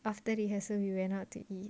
after the hassle we went out to eat